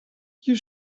you